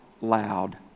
loud